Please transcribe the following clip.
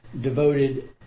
devoted